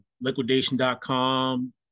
Liquidation.com